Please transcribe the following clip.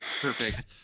perfect